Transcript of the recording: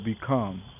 become